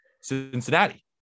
Cincinnati